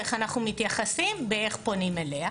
איך אנחנו מתייחסים ואיך פונים אליה.